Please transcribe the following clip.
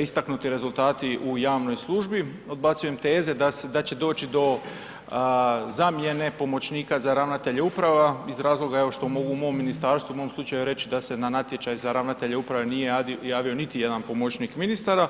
istaknuti rezultati u javnoj službi, Odbacujem teze da će doći do zamjene pomoćnika za ravnatelje uprava iz razloga što evo, mogu u mom ministarstvu u mom slučaju reć da se na natječaj za ravnatelje uprave nije javio niti jedan pomoćnik ministara.